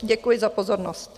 Děkuji za pozornost.